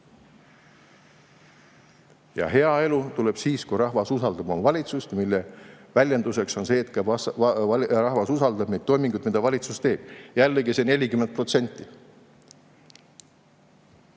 ja hea elu tuleb siis, kui rahvas usaldab oma valitsust, mille väljenduseks on see, et rahvas usaldab neid toiminguid, mida valitsus teeb. Jällegi see 40%.Head